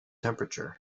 temperature